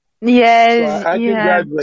Yes